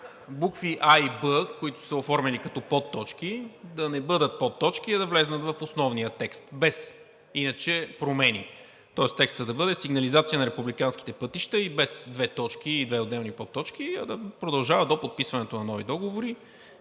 букви „а“ и „б“, които са оформени като подточки, да не бъдат подточки, а да влязат в основния текст, без промени иначе. Тоест текстът да бъде: „Сигнализация на републиканските пътища“ и без две точки, и без две отделни подточки, а продължава: „до подписването на нови договори“,